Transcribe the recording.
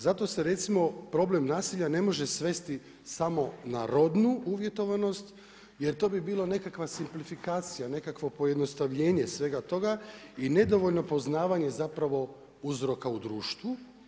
Zato se recimo problem nasilja ne može svesti samo na rodnu uvjetovanost jer to bi bila nekakva simplifikacija nekakvo pojednostavljenje svega toga i nedovoljno poznavanje zapravo uzroka u društvu.